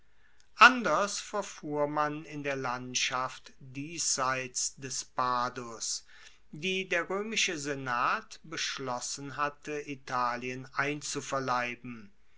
anders verfuhr man in der landschaft diesseits des padus die der roemische senat beschlossen hatte italien einzuverleiben